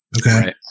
okay